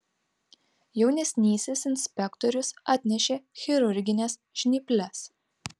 jaunesnysis inspektorius atnešė chirurgines žnyples